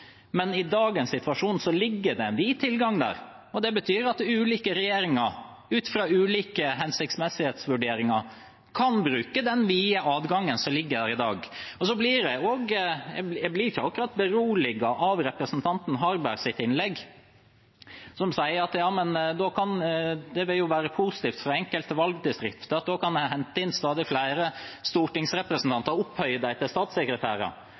men i dagens situasjon ligger det en vid tilgang der. Det betyr at ulike regjeringer, ut ifra ulike hensiktsmessighetsvurderinger, kan bruke den vide adgangen som ligger der i dag. Jeg blir ikke akkurat beroliget av representanten Harbergs innlegg, hvor han sier at det vil være positivt for enkelte valgdistrikter, for da kan de hente inn stadig flere stortingsrepresentanter og opphøye dem til